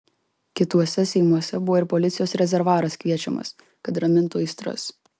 kituose seimuose buvo ir policijos rezervas kviečiamas kad ramintų aistras